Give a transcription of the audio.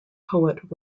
poet